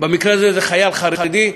שחוצות את הרף הפלילי,